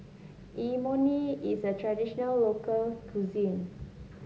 imoni is a traditional local cuisine